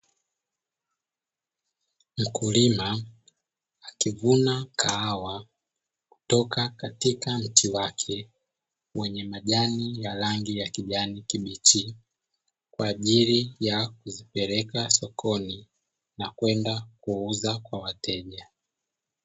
Mkulima akivuna kahawa kutoka katika mti wake wenye majani ya rangi ya kijani kibichi, kwa ajili ya kupeleka sokoni na kwenda kuuza kwa wateja.